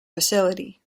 facility